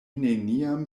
neniam